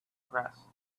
pressed